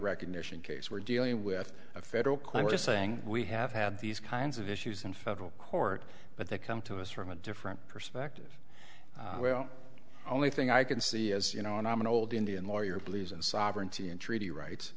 recognition case we're dealing with a federal claim we're saying we have had these kinds of issues in federal court but they come to us from a different perspective well the only thing i can see is you know and i'm an old indian lawyer please and sovereignty and treaty rights